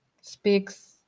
speaks